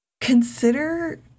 consider